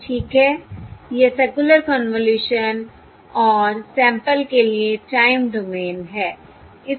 ठीक है यह सर्कुलर कन्वॉल्यूशन और सैंपल के लिए टाइम डोमेन है